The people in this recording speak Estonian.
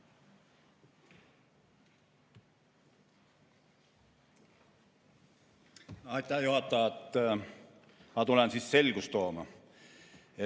Aitäh, juhataja! Ma tulen siis selgust tooma.